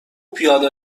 پیاده